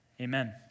Amen